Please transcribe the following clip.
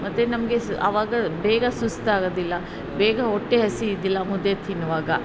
ಮತ್ತು ನಮಗೆ ಸ್ ಅವಾಗ ಬೇಗ ಸುಸ್ತಾಗೋದಿಲ್ಲ ಬೇಗ ಹೊಟ್ಟೆ ಹಸಿಯೋದಿಲ್ಲ ಮುದ್ದೆ ತಿನ್ನುವಾಗ